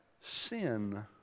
sin